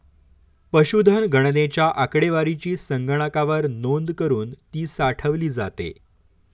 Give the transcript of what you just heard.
पशुधन गणनेच्या आकडेवारीची संगणकावर नोंद करुन ती साठवली जाते